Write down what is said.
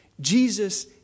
Jesus